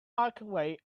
archway